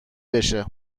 بشه